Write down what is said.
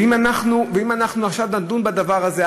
ואם עכשיו נדון בדבר הזה,